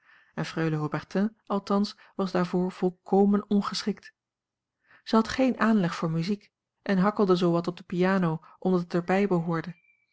en freule haubertin althans was daarvoor volkomen ongeschikt zij had geen aanleg voor muziek en hakkelde zoo wat op de piano omdat het er bij